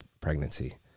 pregnancy